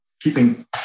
keeping